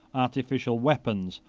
artificial weapons,